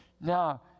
Now